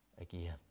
again